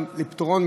גם לפתרון,